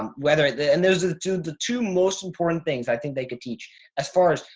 um whether the, and those the two, the two most important things i think they could teach as far as,